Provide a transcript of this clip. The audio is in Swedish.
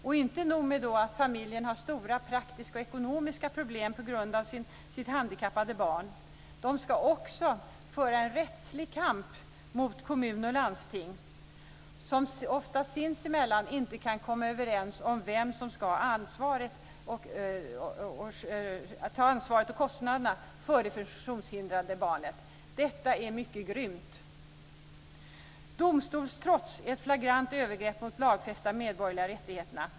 Det är inte nog med att familjen har stora praktiska och ekonomiska problem på grund av sitt handikappade barn, utan de ska också föra en rättslig kamp mot kommun och landsting, som ofta sinsemellan inte kan komma överens om vem som ska ta ansvaret och kostnaderna för det funktionshindrade barnet. Detta är mycket grymt. Domstolstrots är ett flagrant övergrepp mot de lagfästa medborgerliga rättigheterna.